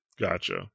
Gotcha